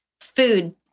Food